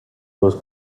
those